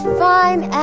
fine